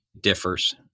differs